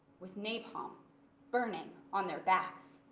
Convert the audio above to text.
with napalm burning on their backs.